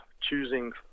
choosing